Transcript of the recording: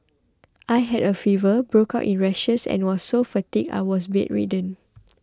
I had a fever broke out in rashes and was so fatigued I was bedridden